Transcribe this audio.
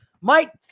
Mike